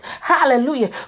Hallelujah